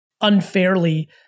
unfairly